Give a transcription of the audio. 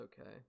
okay